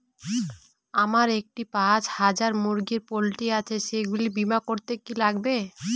আমার একটি পাঁচ হাজার মুরগির পোলট্রি আছে সেগুলি বীমা করতে কি লাগবে?